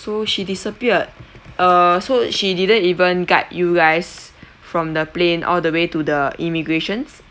so she disappeared err so she didn't even guide you guys from the plane all the way to the immigrations